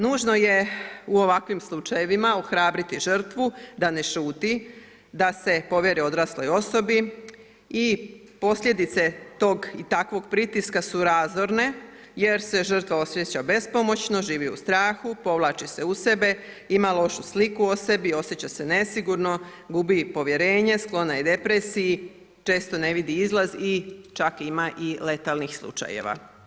Nužno je u ovakvim slučajevima ohrabriti žrtvu da ne šuti, da se povjeri odrasloj osobi i posljedice tog i takvog pritiska su razorne jer se žrtva osjeća bespomoćno, živi u strahu, povlači se u sebe, ima lošu sliku o sebi, osjeća se nesigurno, gubi povjerenje, sklona je depresiji, često ne vidi izlaz i čak ima i letalnih slučajeva.